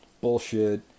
bullshit